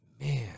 Man